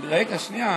רגע, שנייה.